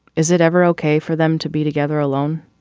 is it ever ok for them to be together alone?